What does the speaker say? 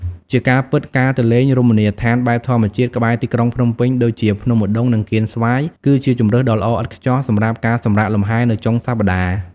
ជាការពិត ការទៅលេងរមណីយដ្ឋានបែបធម្មជាតិក្បែរទីក្រុងភ្នំពេញដូចជាភ្នំឧដុង្គ និងកៀនស្វាយ គឺជាជម្រើសដ៏ល្អឥតខ្ចោះសម្រាប់ការសម្រាកលំហែនៅចុងសប្តាហ៍។